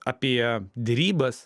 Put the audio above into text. apie derybas